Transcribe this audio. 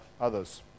others